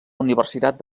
universitat